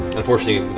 unfortunately,